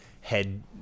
head